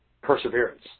perseverance